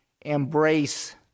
embrace